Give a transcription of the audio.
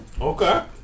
Okay